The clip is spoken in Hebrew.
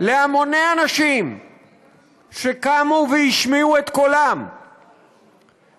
להמוני אנשים שקמו והשמיעו את קולם במשמרות